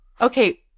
okay